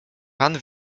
pan